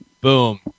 Boom